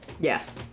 Yes